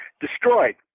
destroyed